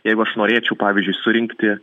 jeigu aš norėčiau pavyzdžiui surinkti